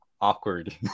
awkward